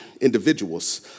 individuals